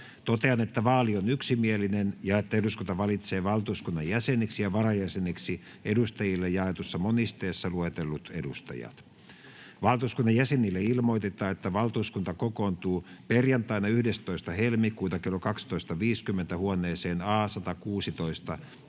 Totean, että vaali on yksimielinen ja että eduskunta valitsee valtuuskunnan jäseniksi ja varajäseniksi edustajille jaetussa monisteessa luetellut edustajat. Valtuuskunnan jäsenille ilmoitetaan, että valtuuskunta kokoontuu perjantaina 11.2.2022 kello 12.50 huoneeseen A116